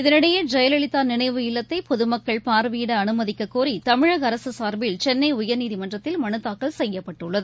இதனிடையேஜெயலலிதாநினைவு இல்லத்தைபொதுமக்கள் பார்வையிடஅனுமதிக்கக்கோரிதமிழகஅரசுசார்பில் சென்னைஉயர்நீதிமன்றத்தில் மனுதாக்கல் செய்யப்பட்டுள்ளது